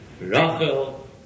Rachel